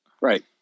Right